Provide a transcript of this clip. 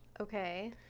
Okay